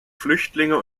flüchtlinge